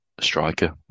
striker